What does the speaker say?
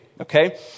Okay